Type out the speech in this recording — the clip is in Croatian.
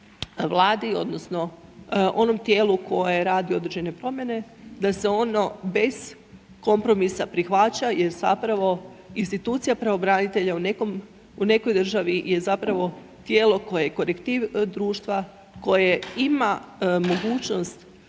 vladi odnosno onom tijelu koje radi određene promjene da se ono bez kompromisa prihvaća jer zapravo institucija pravobranitelja u nekoj državi je zapravo tijelo koje je korektiv društva koje ima mogućnost